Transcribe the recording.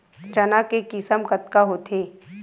चना के किसम कतका होथे?